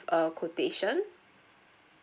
err quotation